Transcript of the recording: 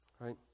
Right